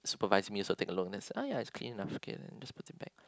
supervise me so take a look then ah ya it's clean enough okay then just put it bach